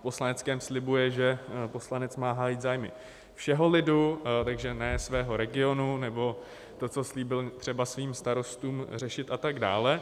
V poslaneckém slibu je, že poslanec má hájit zájmy všeho lidu, takže ne svého regionu nebo to, co slíbil třeba svým starostům řešit, a tak dále.